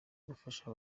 gufasha